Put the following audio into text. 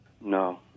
No